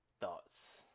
Thoughts